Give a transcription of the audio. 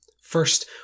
First